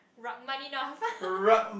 rug money north